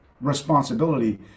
responsibility